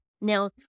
Now